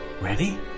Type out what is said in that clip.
Ready